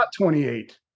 28